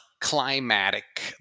climatic